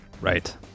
Right